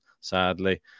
sadly